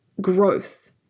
growth